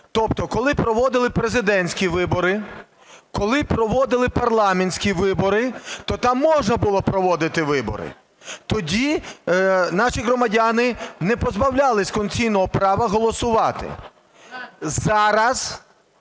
Тобто, коли проводили президентські вибори, коли проводили парламентські вибори, то там можна було проводити вибори. Тоді наші громадяни не позбавлялися конституційного права голосувати. Зараз,